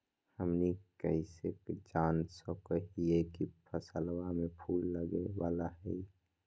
हमनी कइसे जान सको हीयइ की फसलबा में फूल लगे वाला हइ?